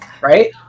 right